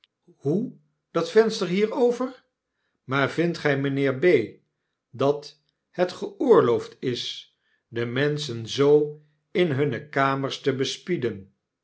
hoe dat venster hierover maar vindt gy mynheer b dat het geoorloofd is de menschen zoo in hunne kamers te bespieden